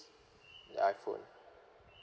the iphone